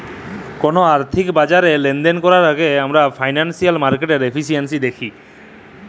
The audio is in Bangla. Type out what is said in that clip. কল আথ্থিক বাজারে লেলদেল ক্যরার আগে আমরা ফিল্যালসিয়াল মার্কেটের এফিসিয়াল্সি দ্যাখি